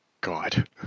God